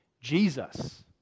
Jesus